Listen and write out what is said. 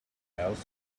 smells